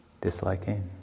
disliking